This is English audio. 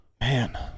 Man